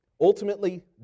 ultimately